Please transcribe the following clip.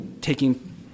taking